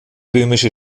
böhmische